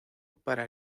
para